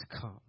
come